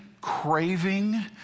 craving